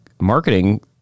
marketing